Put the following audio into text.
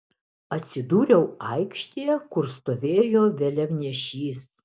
atsidūriau aikštėje kur stovėjo vėliavnešys